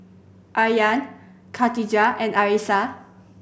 Aryan Katijah and Arissa